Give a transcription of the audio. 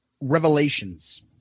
revelations